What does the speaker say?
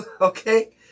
okay